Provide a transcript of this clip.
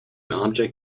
object